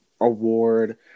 award